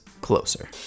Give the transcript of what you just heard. closer